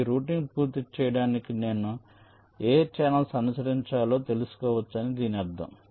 ఈ రౌటింగ్ పూర్తి చేయడానికి నేను ఏ ఛానెల్స్ అనుసరించాలో తెలుసుకోవచ్చని దీని అర్థం